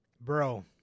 Bro